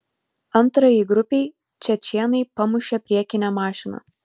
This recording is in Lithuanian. antrajai grupei čečėnai pamušė priekinę mašiną